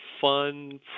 fun